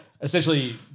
essentially